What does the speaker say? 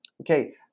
Okay